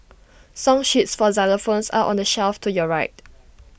song sheets for xylophones are on the shelf to your right